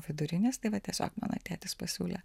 vidurinės tai va tiesiog mano tėtis pasiūlė